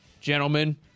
gentlemen